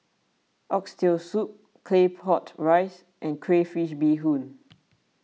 Oxtail Soup Claypot Rice and Crayfish BeeHoon